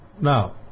Now